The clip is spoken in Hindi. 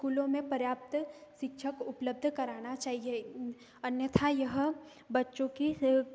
स्कूलों में पर्याप्त शिक्षक उपलब्ध कराना चाहिए अन्यथा यह बच्चों की